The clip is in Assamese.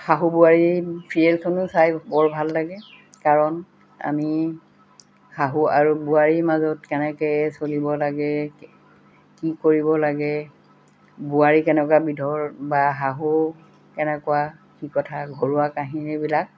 শাহু বোৱাৰী ছিৰিয়েলখনো চাই বৰ ভাল লাগে কাৰণ আমি শাহু আৰু বোৱাৰী মাজত কেনেকৈ চলিব লাগে কি কৰিব লাগে বোৱাৰী কেনেকুৱা বিধৰ বা শাহু কেনেকুৱা কি কথা ঘৰুৱা কাহিনীবিলাক